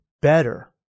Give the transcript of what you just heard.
better